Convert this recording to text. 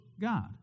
God